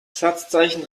satzzeichen